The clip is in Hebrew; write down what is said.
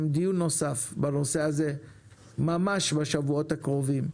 דיון נוסף בנושא הזה ממש בשבועות הקרובים,